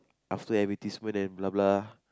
after advertisement and blah blah